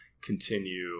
continue